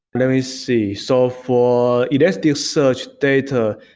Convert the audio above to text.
let me see. so for elasticsearch data,